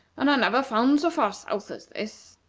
and are never found so far south as this.